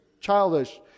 childish